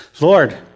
Lord